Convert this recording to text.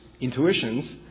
intuitions